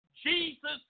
Jesus